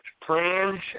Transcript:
plans